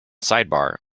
sidebar